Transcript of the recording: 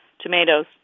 tomatoes